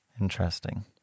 Interesting